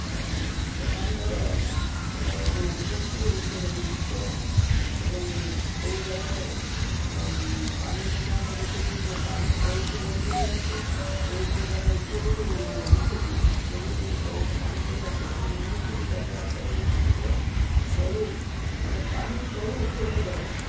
ବ୍ରହ୍ମାଣ୍ଡର ଯେଉଁ ଉତ୍ପତ୍ତି ହେଉଛି ଗୋଟେ ବିଚିତ୍ର ଏବଂ କେଉଁ ଜାଗାରେ ପାଣି ମଧ୍ୟ ଆମେ ଦେଖିଛୁ ଯେ ପାଣି ତଳକୁ ଗଡ଼ି ଗଡ଼ି ଆସେ କୂଅକୁ ମାନେ ଉପରୁ ନିଚକୁ ଉପରୁ ତଳକୁ ପାଣି ଗଡ଼ିି ଆସେ ଏବଂ ଏମିତି ବି ଜାଗା ଅଛି ଆମେ ଦେଖିଛୁ ଯେ ତଳୁ ମାନେ ପାଣି ତଳୁ ଉପରକୁ ଯାଉଛି